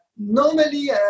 Normally